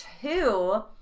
two